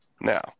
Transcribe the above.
now